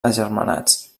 agermanats